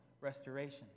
restoration